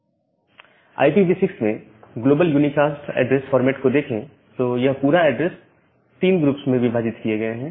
IPv6 में global unicast address format को देखें तो यह पूरा एड्रेस 3 ग्रुप्स में विभाजित किए गए हैं